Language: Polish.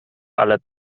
ale